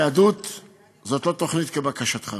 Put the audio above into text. היהדות היא לא תוכנית כבקשתך.